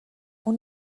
اون